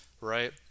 right